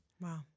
Wow